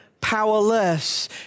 powerless